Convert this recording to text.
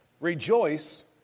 Rejoice